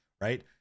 right